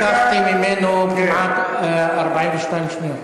לקחתי ממנו כמעט 42 שניות.